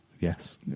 Yes